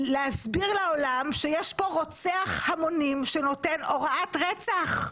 להסביר לעולם שיש פה רוצח המונים שנותן הוראת רצח.